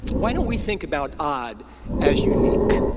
why don't we think about odd as unique?